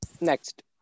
next